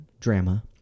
drama